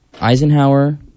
Eisenhower